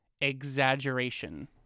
Exaggeration